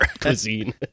cuisine